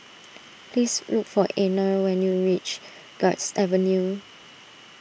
please look for Anner when you reach Guards Avenue